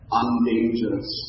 undangerous